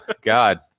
God